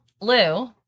Lou